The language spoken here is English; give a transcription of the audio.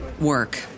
work